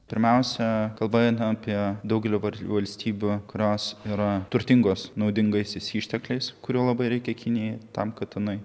pirmiausia kalba eina apie daugelį var valstybių kurios yra turtingos naudingaisiais ištekliais kurių labai reikia kinijai tam kad jinai